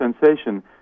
sensation